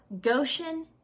Goshen